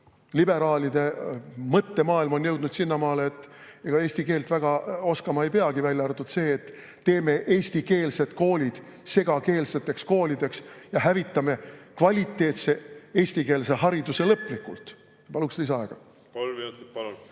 liberaalide mõttemaailm on jõudnud sinnamaale, et ega eesti keelt oskama väga ei peagi, välja arvatud see, et teeme eestikeelsed koolid segakeelseteks koolideks ja hävitame kvaliteetse eestikeelse hariduse lõplikult. Paluks lisaaega.